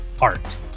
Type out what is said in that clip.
art